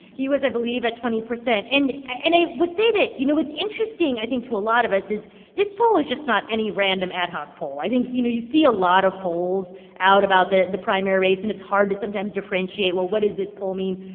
he was, i believe, at twenty percent. and and i would say that, you know, what's interesting, i think, to a lot of us is this poll is just not any random ad hoc poll. i think, you know, you see a lot of polls out about the the primary race. and it's hard to sometimes differentiate, well, what does this poll mean?